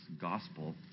gospel